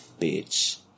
Bitch